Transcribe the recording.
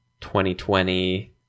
2020